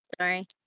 Sorry